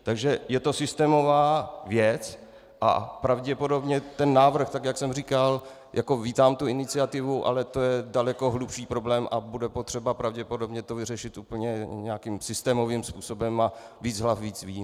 Takže je to systémová věc a pravděpodobně návrh, tak jak jsem říkal, vítám iniciativu, ale to je daleko hlubší problém a bude potřeba pravděpodobně to vyřešit úplně nějakým systémovým způsobem a víc hlav víc ví.